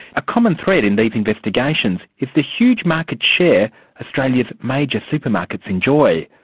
a common thread in these investigations is the huge market share australia's major supermarkets enjoy.